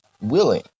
Willing